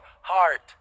heart